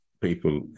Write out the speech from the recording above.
people